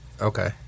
Okay